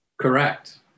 Correct